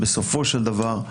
בסופו של דבר,